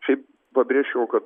šiaip pabrėžčiau kad